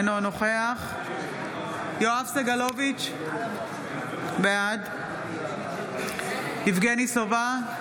אינו נוכח יואב סגלוביץ' בעד יבגני סובה,